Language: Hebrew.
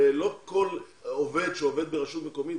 הרי לא כל עובד שעובד ברשות מקומית